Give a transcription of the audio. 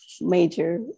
major